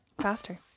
Faster